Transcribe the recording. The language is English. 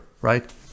right